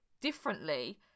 differently